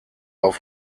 auf